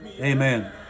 amen